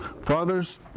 fathers